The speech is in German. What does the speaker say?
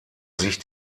sich